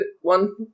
one